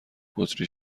بطری